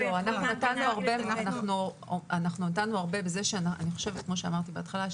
כמו שאמרתי בהתחלה,